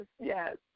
yes